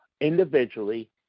individually